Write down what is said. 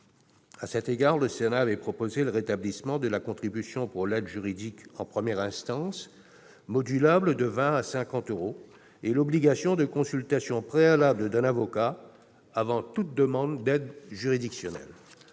À cet égard, le Sénat avait proposé le rétablissement de la contribution pour l'aide juridique en première instance, modulable de 20 à 50 euros, et l'instauration de l'obligation de consultation préalable d'un avocat avant toute demande d'aide juridictionnelle.